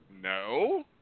No